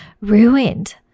ruined